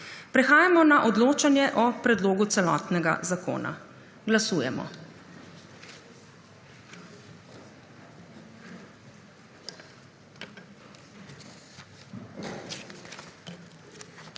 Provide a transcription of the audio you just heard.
prehajamo na odločanje o predlogu celotnega zakona. Glasujemo…